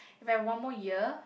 if I have one more year